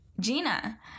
Gina